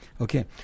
okay